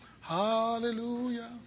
Hallelujah